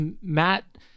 Matt